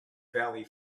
valley